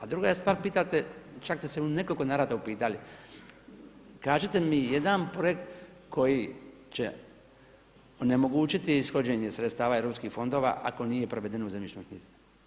A druga je stvar pitate, čak ste se u nekoliko navrata upitali, kažite mi jedan projekt koji će onemogućiti ishođenje sredstava europskih fondova ako nije proveden u zemljišnoj knjizi.